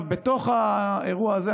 בתוך האירוע הזה,